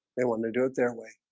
they wanted to do it their way